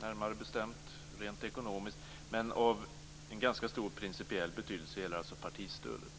närmare bestämt försumbart rent ekonomiskt, men det har ganska stor principiell betydelse. Det gäller alltså partistödet.